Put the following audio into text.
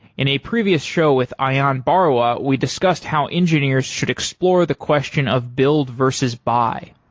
in a previous show with ayan barua, we discussed how engineers should explore the question of build versus buy.